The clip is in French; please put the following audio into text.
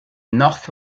north